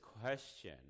question